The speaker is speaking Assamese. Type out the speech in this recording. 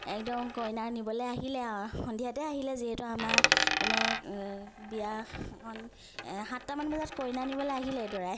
একদম কইনা নিবলৈ আহিলে আৰু সন্ধিয়াতে আহিলে যিহেতু আমাৰ মানে বিয়াখন সাতটা মান বজাত কইনা নিবলৈ আহিলেই দৰাই